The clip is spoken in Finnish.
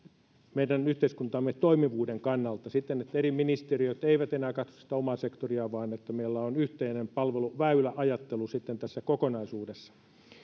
meidän yhteiskuntamme toimivuuden kannalta se että eri ministeriöt eivät enää katso sitä omaa sektoria vaan meillä on yhteinen palveluväyläajattelu tässä kokonaisuudessa